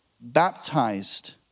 baptized